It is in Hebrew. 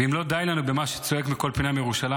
ואם לא די לנו במה שצועק מכל פינה בירושלים,